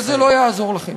אבל זה לא יעזור לכם,